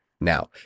now